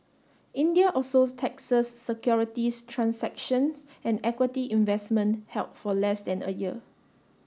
India also taxes securities transactions and equity investment held for less than a year